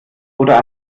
oder